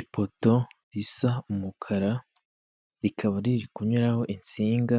Ipoto risa umukara rikaba riri kunyuraho insinga,